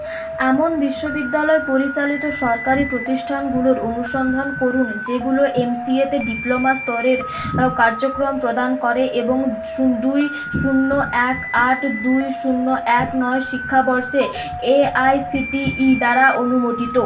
এমন বিশ্ববিদ্যালয় পরিচালিত সরকারি প্রতিষ্ঠানগুলোর অনুসন্ধান করুন যেগুলো এমসিএ তে ডিপ্লোমা স্তরের কার্যক্রম প্রদান করে এবং দুই শূন্য এক আট দুই শূন্য এক নয় শিক্ষাবর্ষে এআইসিটিই দ্বারা অনুমোদিত